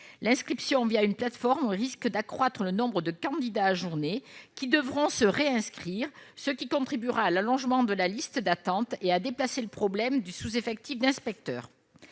L'inscription une plateforme risque d'accroître le nombre de candidats ajournés, qui devront se réinscrire, ce qui contribuera à allonger la liste d'attente et à déplacer le problème du sous-effectif d'inspecteurs.